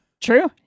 True